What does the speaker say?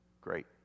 Great